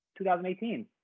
2018